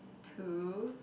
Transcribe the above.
to